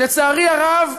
לצערי הרב,